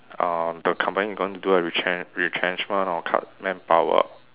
uh the company is going to do a retren~ retrenchment or cut manpower